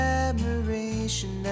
admiration